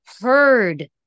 heard